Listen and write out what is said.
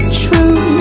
true